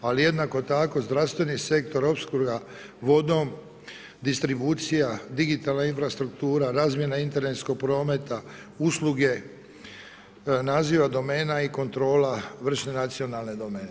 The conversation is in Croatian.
Ali jednako tako zdravstveni sektor, opskrba vodom, distribucija, digitalna infrastruktura, razmjena internetskog prometa, usluge, naziva domena i kontrola, … nacionalne domene.